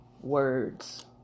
words